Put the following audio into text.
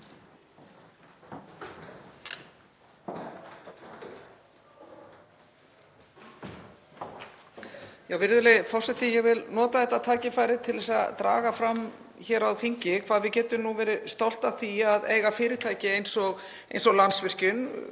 Virðulegi forseti. Ég vil nota þetta tækifæri til að draga fram hér á þingi hvað við getum verið stolt af því að eiga fyrirtæki eins og Landsvirkjun,